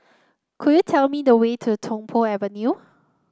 could you tell me the way to Tung Po Avenue